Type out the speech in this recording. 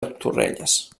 torrelles